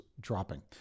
dropping